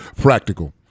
practical